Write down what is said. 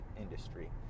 industry